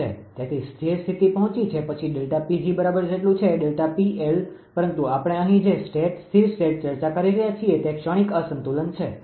તેથી સ્થિર સ્થિતિ પહોંચી છે પછી ΔPg બરાબર જેટલું છે પરંતુ આપણે અહીં જે સ્ટેટ સ્થિર સ્ટેટ ચર્ચા કરી રહ્યા છીએ તે ક્ષણિક અસંતુલન છે